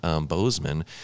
Bozeman